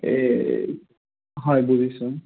এই হয় বুজিছোঁ